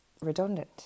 redundant